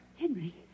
Henry